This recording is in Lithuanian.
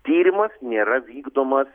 tyrimas nėra vykdomas